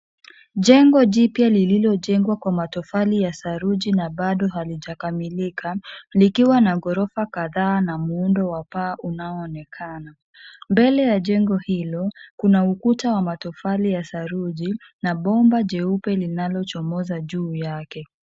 Jengo jipya lililojengwa kwa matofali ya saruji na bado halijakamilika. Likiwa na ghorofa kadhaa na muundo wa paa unaoonekana. Mbele ya jengo hilo, kuna ukuta wa matofali ya saruji na bomba jeupe linalochomoza juu yake.